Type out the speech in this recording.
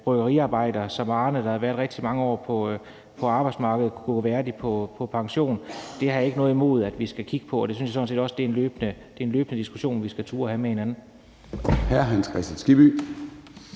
bryggeriarbejder Arne, der havde været rigtig mange år på arbejdsmarkedet, kunne gå værdigt på pension. Det har jeg ikke noget imod vi skal kigge på, og det synes jeg sådan set også er en løbende diskussion, vi skal turde at have med hinanden.